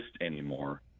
anymore